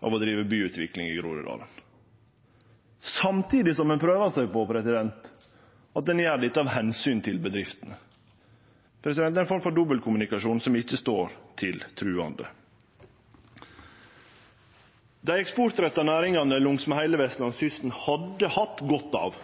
av å drive byutvikling i Groruddalen – samtidig som ein prøver seg på at ein gjer dette av omsyn til bedriftene. Det er ein form for dobbeltkommunikasjon som ikkje står til truande. Dei eksportretta næringane langs heile vestlandskysten hadde hatt godt av